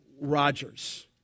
Rogers